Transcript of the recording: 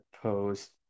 post